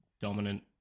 dominant